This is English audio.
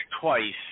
twice